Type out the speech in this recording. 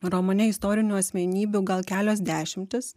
romane istorinių asmenybių gal kelios dešimtys